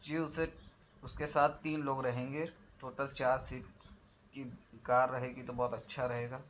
جی اسے اس کے ساتھ تین لوگ رہیں گے ٹوٹل چار سیٹ جی کار رہے گی تو بہت اچھا رہے گا